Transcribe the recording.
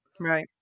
Right